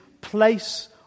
place